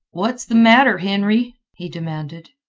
what's the matter, henry? he demanded.